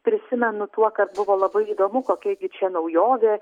prisimenu tuo kad buvo labai įdomu kokia gi čia naujovė